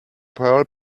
pearl